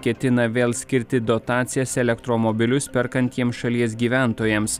ketina vėl skirti dotacijas elektromobilius perkantiems šalies gyventojams